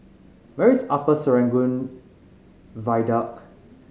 where is Upper Serangoon Viaduct